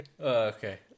Okay